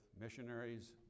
missionaries